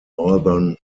northern